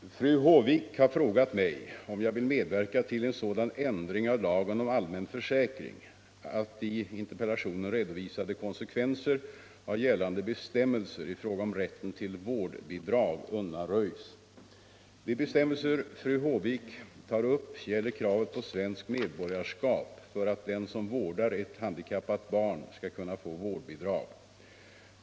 Herr talman! Fru Håvik har frågat mig om jag vill medverka till en sådan ändring av lagen om allmän försäkring att i interpellationen redovisade konsekvenser av gällande bestämmelser i fråga om rätten till vårdbidrag undanröjs. De bestämmelser fru Håvik tar upp gäller kravet på svenskt medborgarskap för att den som vårdar ett handikappat barn skall kunna få vårdbidrag.